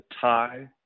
tie